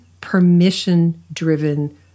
permission-driven